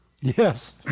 Yes